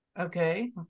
okay